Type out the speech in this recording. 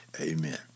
Amen